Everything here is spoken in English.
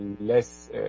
less